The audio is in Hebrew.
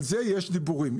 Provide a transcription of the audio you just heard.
על זה יש דיבורים.